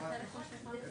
ברור לנו למה הפער נשאר.